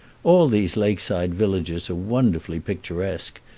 all these lake-side villages are wonderfully picturesque,